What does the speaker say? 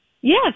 Yes